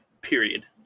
period